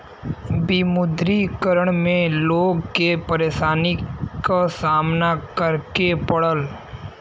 विमुद्रीकरण में लोग के परेशानी क सामना करे के पड़ल